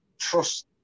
trust